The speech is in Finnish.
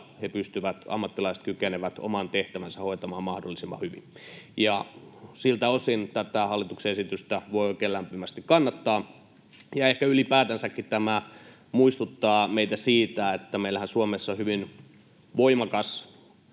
ammattilaiset kykenisivät, oman tehtävänsä hoitamaan mahdollisimman hyvin. Siltä osin tätä hallituksen esitystä voi oikein lämpimästi kannattaa. Ja ehkä ylipäätänsäkin tämä muistuttaa meitä siitä, että meillä Suomessahan hyvin voimakas